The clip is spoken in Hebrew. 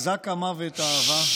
עזה כמוות האהבה.